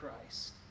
Christ